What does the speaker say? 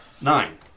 Nine